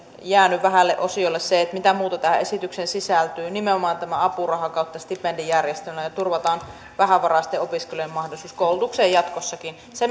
jäänyt vähälle osalle se mitä muuta tähän esitykseen sisältyy nimenomaan tämä apuraha ja stipendijärjestelmä se että turvataan vähävaraisten opiskelijoiden mahdollisuus koulutukseen jatkossakin